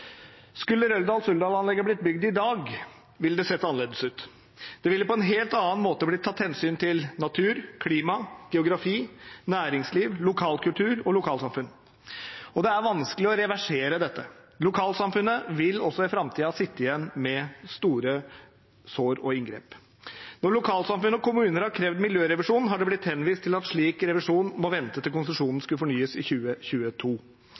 Skulle Røldal-Suldal-anlegget blitt bygd i dag, ville det sett annerledes ut. Det ville på en helt annen måte blitt tatt hensyn til natur, klima, geografi, næringsliv, lokal kultur og lokalsamfunn. Det er vanskelig å reversere dette. Lokalsamfunnet vil også i framtiden sitte igjen med store sår og inngrep. Når lokalsamfunn og kommuner har krevd miljørevisjon, har det blitt henvist til at slik revisjon må vente til konsesjonen skal fornyes i 2022.